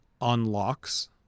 unlocks